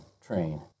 train